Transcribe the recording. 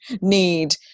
need